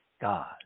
God